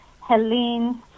Helene